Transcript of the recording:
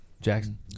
Jackson